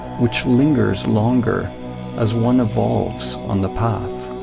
which lingers longer as one evolves on the path.